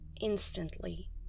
instantly